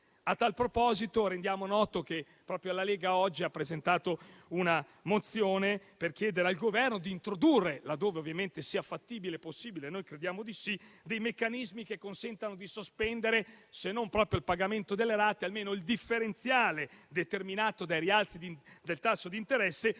A tal proposito rendiamo noto che proprio la Lega oggi ha presentato una mozione per chiedere al Governo di introdurre, laddove sia fattibile (noi crediamo di sì), dei meccanismi che consentano di sospendere se non proprio il pagamento delle rate, almeno il differenziale determinato dai rialzi del tasso di interesse,